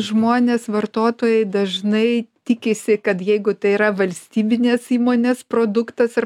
žmonės vartotojai dažnai tikisi kad jeigu tai yra valstybinės įmonės produktas ar